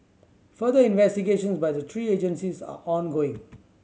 further investigations by the three agencies are ongoing